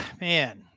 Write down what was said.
man